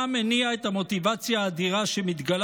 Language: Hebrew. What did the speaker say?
מה מניע את המוטיבציה האדירה שמתגלה